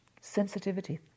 sensitivity